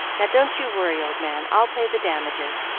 now, don't you worry, old man. i'll pay the damages,